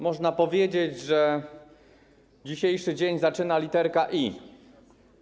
Można powiedzieć, że dzisiejszy dzień zaczyna literka „i”